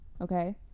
Okay